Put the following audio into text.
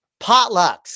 potlucks